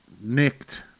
nicked